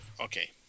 Okay